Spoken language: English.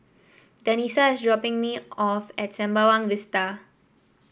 Danica is dropping me off at Sembawang Vista